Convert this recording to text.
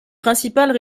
principales